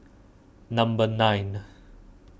number nine